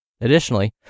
Additionally